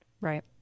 Right